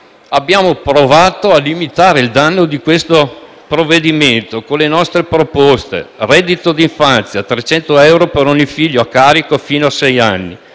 abbiamo provato a limitare il danno di questo provvedimento con le nostre proposte: un reddito d'infanzia di 300 euro per ogni figlio a carico fino a sei anni: